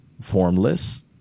formless